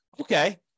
Okay